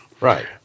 Right